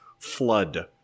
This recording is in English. flood